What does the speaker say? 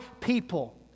people